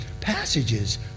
passages